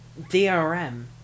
drm